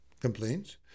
complaints